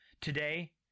Today